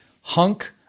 hunk